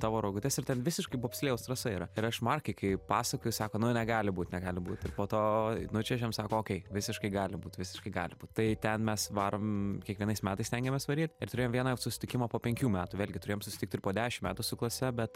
tavo rogutes ir ten visiškai bobslėjaus trasa yra ir aš markai kai pasakoju sako nu negali būt negali būt ir po to nučiuožėm sako okei visiškai gali būt visiškai gali būt tai ten mes varom kiekvienais metais stengiamės varyt ir turėjom vieną jau susitikimą po penkių metų vėlgi turėjom susitikt ir po dešim metų su klase bet